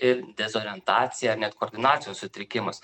ir dezorientaciją net koordinacijos sutrikimus